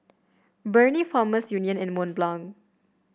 Burnie Farmers Union and Mont Blanc